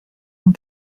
ont